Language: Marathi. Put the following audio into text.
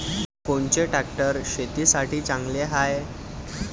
कोनचे ट्रॅक्टर शेतीसाठी चांगले हाये?